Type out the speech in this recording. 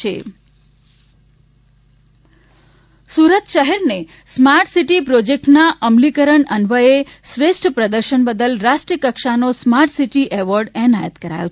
Surat award Surat શહેરને smart city પ્રોજેક્ટના અમલીકરણ અન્વયે શ્રેષ્ઠ પ્રદર્શન બદલ રાષ્ટ્રીય કક્ષાનો સ્માર્ટ સિટી એવોર્ડ એનાયત કરાયો